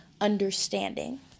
understanding